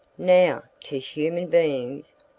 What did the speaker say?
now, to human beings,